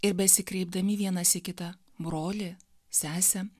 ir besikreipdami vienas į kitą broli sese